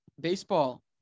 baseball